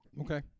okay